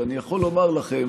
ואני יכול לומר לכם